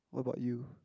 what about you